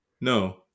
No